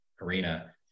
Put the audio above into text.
arena